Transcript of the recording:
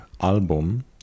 album